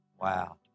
Wow